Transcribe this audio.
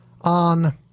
on